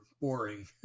boring